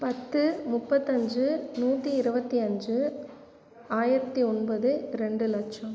பத்து முப்பத்தஞ்சு நூற்றி இருபத்தி அஞ்சு ஆயிரத்தி ஒன்பது ரெண்டு லட்சம்